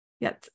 Yes